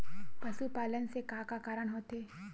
पशुपालन से का का कारण होथे?